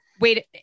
Wait